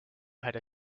had